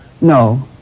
No